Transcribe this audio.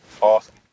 Awesome